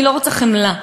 אני לא רוצה חמלה,